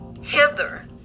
hither